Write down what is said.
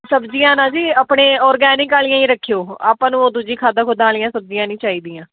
ਸਬਜ਼ੀਆਂ ਨਾ ਜੀ ਆਪਣੇ ਔਰਗੈਨਿਕ ਵਾਲੀਆਂ ਹੀ ਰੱਖਿਓ ਆਪਾਂ ਨੂੰ ਉਹ ਦੂਜੀ ਖਾਦਾਂ ਖੂਦਾਂ ਵਾਲੀਆਂ ਸਬਜ਼ੀਆਂ ਨਹੀਂ ਚਾਹੀਦੀਆਂ